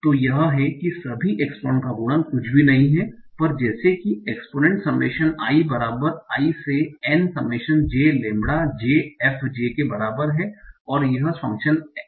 तो यह है कि सभी एक्स्पोनन्ट का गुणन कुछ भी नहीं है पर जैसे कि एक्स्पोनेंट समैशन i बराबर 1 से n summation j lambda j f j के समान है और यह फ़ंक्शन a है